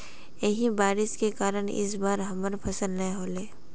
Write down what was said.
यही बारिश के कारण इ बार हमर फसल नय होले?